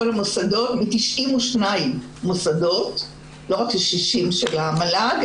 שמ-92 מוסדות, לא רק 60 המוסדות של המל"ג,